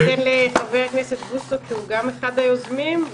ח"כ בוסו, שהוא גם אחד היוזמים.